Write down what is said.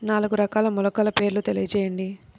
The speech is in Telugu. నాలుగు రకాల మొలకల పేర్లు తెలియజేయండి?